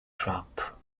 trap